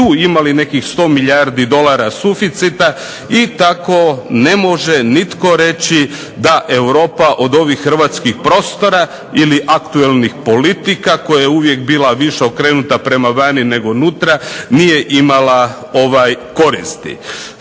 tu imali nekih 100 milijardi dolara suficita i tako ne može nitko reći da Europa od ovih hrvatskih prostora ili aktualnih politika koja je uvijek bila više okrenuta prema vani nego nutra nije imala koristi.